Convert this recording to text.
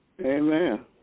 Amen